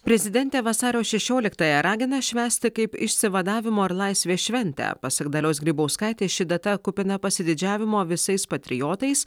prezidentė vasario šešioliktąją ragina švęsti kaip išsivadavimo ir laisvės šventę pasak dalios grybauskaitės ši data kupina pasididžiavimo visais patriotais